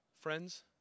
Friends